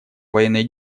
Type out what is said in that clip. военной